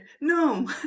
no